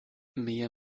mir